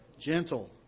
Gentle